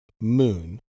moon